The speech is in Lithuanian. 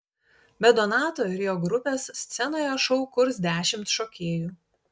be donato ir jo grupės scenoje šou kurs dešimt šokėjų